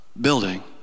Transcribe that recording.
building